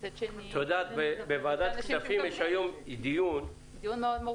ומצד שני --- בוועדת הכספים יש היום דיון -- דיון מאוד מורכב.